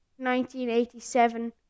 1987